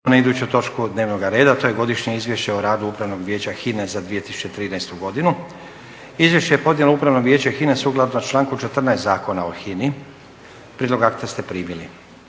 na iduću točku dnevnoga reda: 3. Godišnje izvješće o radu Upravnog vijeća HINA-e za 2013. godinu; Izvješće je podnijelo Upravno vijeće HINA-e sukladno članku 14. zakona o HINA-i. Prijedlog akta ste primili.